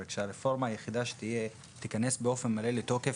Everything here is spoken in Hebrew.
כשהרפורמה היחידה שתיכנס באופן מלא לתוקף,